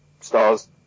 stars